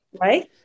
right